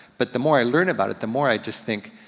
but the more i learn about it, the more i just think,